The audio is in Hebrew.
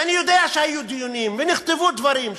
ואני יודע שהיו דיונים ונכתבו דברים,